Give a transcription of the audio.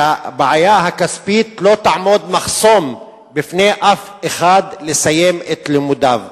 שהבעיה הכספית לא תעמוד כמחסום בפני אף אחד לסיים את לימודיו,